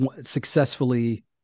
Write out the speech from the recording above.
successfully